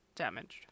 damaged